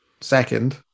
second